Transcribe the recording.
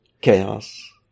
Chaos